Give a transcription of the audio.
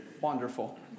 wonderful